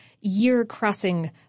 year-crossing